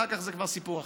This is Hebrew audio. אחר כך זה כבר סיפור אחר.